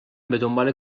دنبال